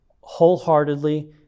wholeheartedly